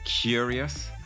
curious